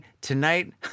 tonight